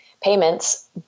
payments